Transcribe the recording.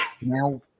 Now